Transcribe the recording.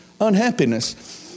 unhappiness